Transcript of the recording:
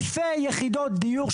אלפי יחידות דיור,